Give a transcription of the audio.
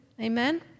Amen